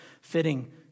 fitting